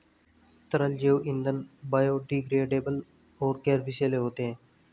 तरल जैव ईंधन बायोडिग्रेडेबल और गैर विषैले होते हैं